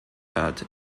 hat